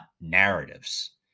narratives